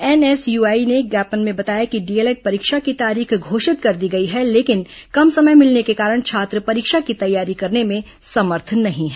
NSUI ने ज्ञापन में बताया है कि डीएलएड परीक्षा की तारीख घोषित कर दी गई है लेकिन कम समय मिलने के कारण छात्र परीक्षा की तैयारी करने में समर्थ नहीं है